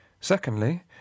Secondly